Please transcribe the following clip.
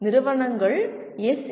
நிறுவனங்கள் எஸ்